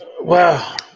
Wow